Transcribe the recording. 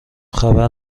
خبر